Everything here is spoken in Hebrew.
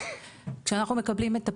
כשאנחנו מקבלים את הפנייה,